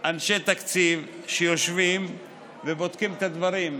ואנשי תקציב שיושבים ובודקים את הדברים.